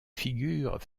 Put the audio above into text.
figures